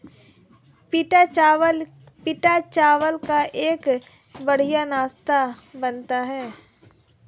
पीटा चावल का एक बढ़िया नाश्ता बनता है